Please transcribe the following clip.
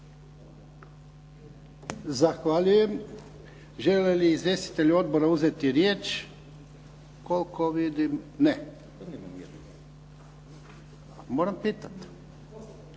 Zahvaljujem. Žele li izvjestitelji odbora uzeti riječ? Koliko vidim ne. Moram pitati.